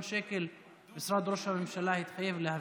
שקל שמשרד ראש הממשלה התחייב להביא.